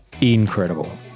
Incredible